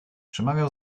przemawiał